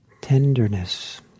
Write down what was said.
tenderness